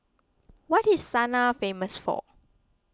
what is Sanaa famous for